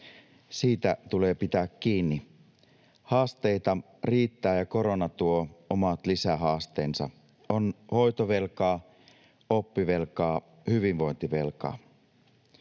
Siitä tulee pitää kiinni. Haasteita riittää, ja korona tuo omat lisähaasteensa: on hoitovelkaa, oppivelkaa, hyvinvointivelkaa.